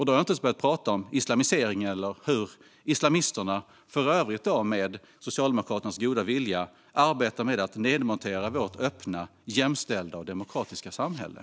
Då har jag inte ens börjat prata om islamiseringen och hur islamisterna, för övrigt med Socialdemokraternas goda vilja, arbetar med att nedmontera vårt öppna, jämställda och demokratiska samhälle.